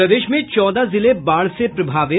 प्रदेश में चौदह जिले बाढ़ से प्रभावित